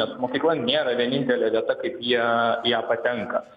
nes mokykla nėra vienintelė vieta kaip jie į ją patenka